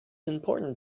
important